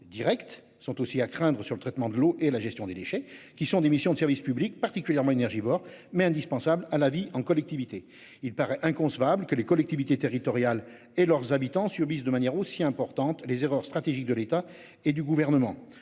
directes sont aussi à craindre sur le traitement de l'eau et la gestion des déchets qui sont des missions de service public particulièrement énergivores, mais indispensable à la vie en collectivité, il paraît inconcevable que les collectivités territoriales et leurs habitants subissent de manière aussi importante les erreurs stratégiques de l'État et du gouvernement.